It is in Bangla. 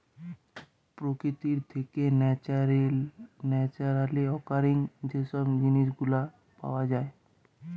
প্রকৃতি থেকে ন্যাচারালি অকারিং যে সব জিনিস গুলা পাওয়া যায়